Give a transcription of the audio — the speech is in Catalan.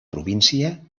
província